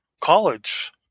college